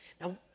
Now